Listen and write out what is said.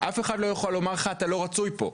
אף אחד לא יוכל לומר לך "אתה לא רצוי פה,